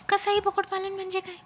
कसाई बोकड पालन म्हणजे काय?